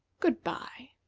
good-by.